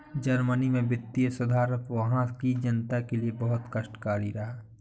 Germany में वित्तीय सुधार वहां की जनता के लिए बहुत कष्टकारी रहा